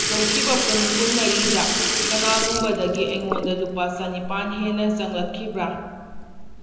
ꯍꯧꯈꯤꯕ ꯄꯨꯡ ꯀꯨꯟꯃꯔꯤꯗ ꯀꯅꯥꯒꯨꯝꯕꯗꯒꯤ ꯑꯩꯉꯣꯟꯗ ꯂꯨꯄꯥ ꯆꯥꯅꯤꯄꯥꯜ ꯍꯦꯟꯅ ꯆꯪꯉꯛꯈꯤꯕ꯭ꯔꯥ